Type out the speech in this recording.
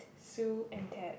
Sue and Ted